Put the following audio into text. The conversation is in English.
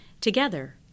Together